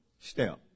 step